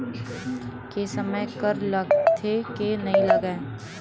के समय कर लगथे के नइ लगय?